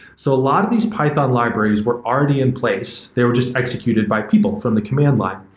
so a lot of these python libraries were already in place. they were just executed by people from the command line.